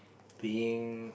being